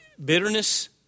Bitterness